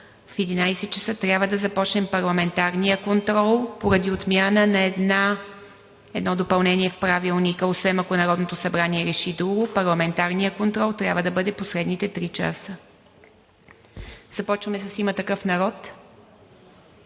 в 11,00 ч. трябва да започнем парламентарния контрол поради отмяна на едно допълнение в Правилника, освен ако Народното събрание не реши друго – парламентарният контрол трябва да бъде последните три часа. Започваме с „Има такъв народ“.